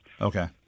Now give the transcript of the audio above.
Okay